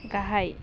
गाहाय